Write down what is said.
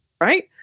Right